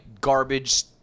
garbage